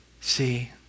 see